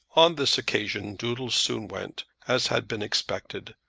on this occasion doodles soon went, as had been expected,